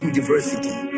diversity